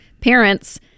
parents